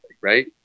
right